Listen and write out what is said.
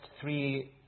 three